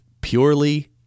Purely